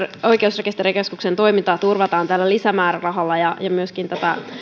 oikeusrekisterikeskuksen toimintaa turvataan tällä lisämäärärahalla ja ja myöskin